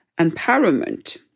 empowerment